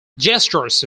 gestures